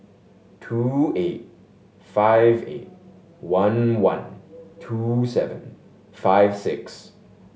two eight five eight one one two seven five six